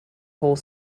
whole